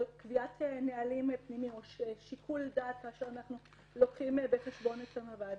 בקביעת נהלים פנימיים או בשיקול דעת כאשר אנחנו מביאים בחשבון את המב"ד,